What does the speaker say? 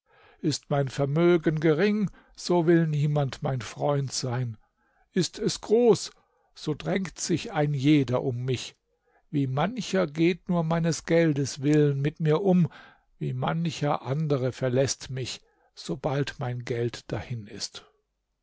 ist mein vermögen gering so will niemand mein freund sein ist es groß so drängt sich ein jeder um mich wie mancher geht nur meines geldes willen mit mir um wie mancher andere verläßt mich sobald mein geld dahin ist